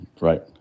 Right